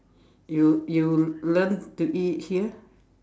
you you learn to eat here